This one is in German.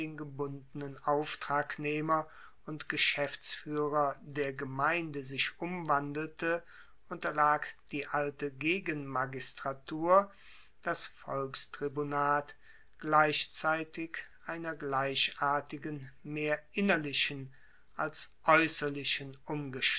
gebundenen auftragnehmer und geschaeftsfuehrer der gemeinde sich umwandelte unterlag die alte gegenmagistratur das volkstribunat gleichzeitig einer gleichartigen mehr innerlichen als